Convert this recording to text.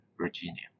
Virginia